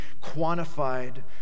quantified